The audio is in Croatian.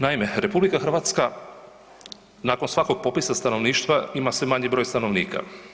Naime, RH nakon svakog popisa stanovništva ima sve manji broj stanovnika.